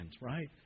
right